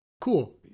cool